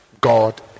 God